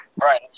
Right